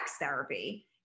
therapy